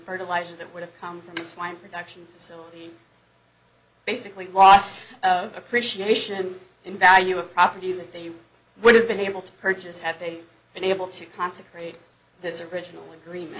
fertilizer that would have come from this fine production so basically loss of appreciation in value of property that they would have been able to purchase have they been able to consecrate this original agreement